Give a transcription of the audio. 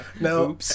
No